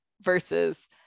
versus